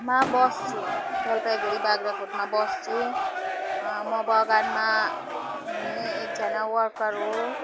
मा बस्छु जलपाइगुडी बाख्राकोटमा बस्छु म बगानमा हिँड्ने एकजना वर्कर हो